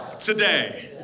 today